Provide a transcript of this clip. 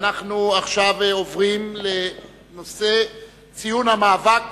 אנחנו עוברים לנושא ציון המאבק